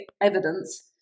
evidence